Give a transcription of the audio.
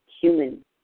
human